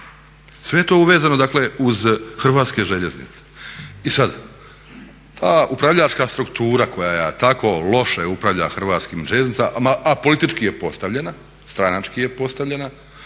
Sve je to uvezano dakle uz Hrvatske željeznice i sad ta upravljačka struktura koja tako loše upravlja Hrvatskim željeznicama, a politički je postavljena, stranački je postavljena,